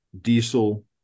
diesel